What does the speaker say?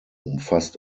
umfasst